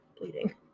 bleeding